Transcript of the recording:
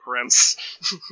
Prince